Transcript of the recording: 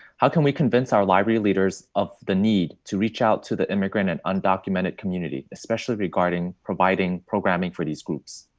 how can we convince our library leaders of the need to reach out to the immigrant and undocumented community, especially regarding providing programming for these groups?